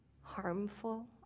harmful